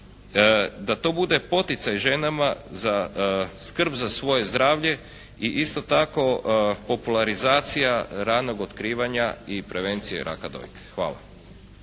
da to bude poticaj ženama za skrb za svoje zdravlje i isto tako popularizacija ranog otkrivanja i prevencije raka dojke. Hvala.